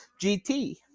GT